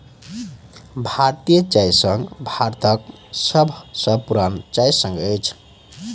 भारतीय चाय संघ भारतक सभ सॅ पुरान चाय संघ अछि